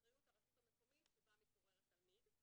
באחריות הרשות המקומית שבה מתגורר התלמיד.